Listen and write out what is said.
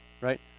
right